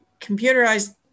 computerized